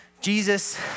Jesus